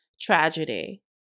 tragedy